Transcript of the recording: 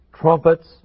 trumpets